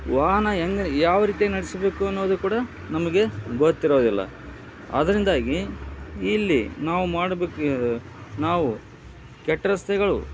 ವಾಹನ ಹೆಂಗ್ ಯಾವ ರೀತಿಯಾಗಿ ನಡೆಸ್ಬೇಕು ಅನ್ನೋದು ಕೂಡ ನಮಗೆ ಗೊತ್ತಿರೋದಿಲ್ಲ ಅದರಿಂದಾಗಿ ಇಲ್ಲಿ ನಾವು ಮಾಡಬೇಕು ನಾವು ಕೆಟ್ಟ ರಸ್ತೆಗಳು